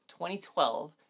2012